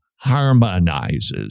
harmonizes